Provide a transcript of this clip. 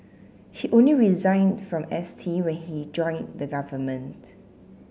he only resigned from S T when he joined the government